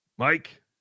Mike